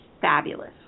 fabulous